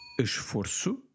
esforço